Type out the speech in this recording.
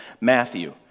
Matthew